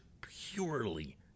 purely